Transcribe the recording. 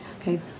Okay